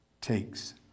takes